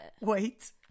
Wait